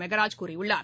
மெகராஜ் கூறியுள்ளார்